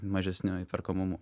mažesniu įperkamumu